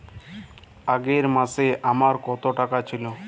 আগের মাসে আমার কত টাকা ছিল?